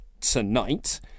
tonight